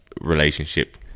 relationship